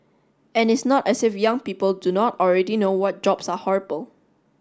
and it's not as if young people do not already know what jobs are horrible